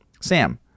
Sam